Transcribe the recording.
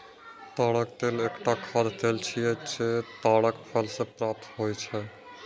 ताड़क तेल एकटा खाद्य तेल छियै, जे ताड़क फल सं प्राप्त होइ छै